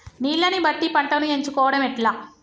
నీళ్లని బట్టి పంటను ఎంచుకోవడం ఎట్లా?